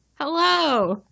Hello